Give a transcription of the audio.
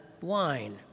wine